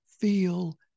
Feel